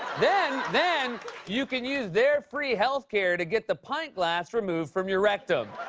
then then you can use their free healthcare to get the pint glass removed from your rectum.